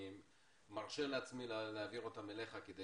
אני מרשה לעצמי להעביר אותן אליך כדי